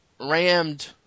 rammed